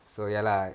so ya lah